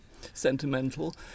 sentimental